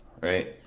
right